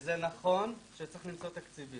וזה נכון שצריך למצוא תקציבים